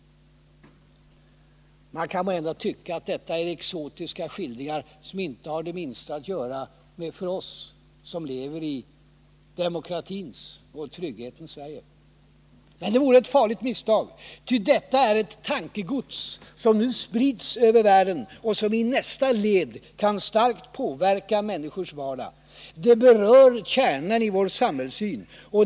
Man kan måhända tycka att detta är exotiska skildringar som inte har det minsta att göra med oss som lever i demokratins och trygghetens Sverige. Men det vore ett farligt misstag. Ty detta är ett tankegods som nu sprids över världen och som i nästa led kan starkt påverka människors vardag. Det berör kärnan i vår samhällssyn.